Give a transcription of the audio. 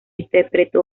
interpretó